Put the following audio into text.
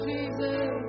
Jesus